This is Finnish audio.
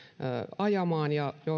ajamaan ja